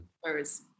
whereas